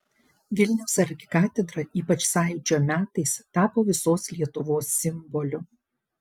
vilniaus arkikatedra ypač sąjūdžio metais tapo visos lietuvos simboliu